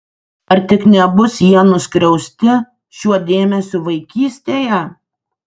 ar tik nebus jie nuskriausti šiuo dėmesiu vaikystėje